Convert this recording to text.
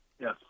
yes